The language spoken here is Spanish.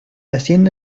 hacienda